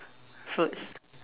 fruits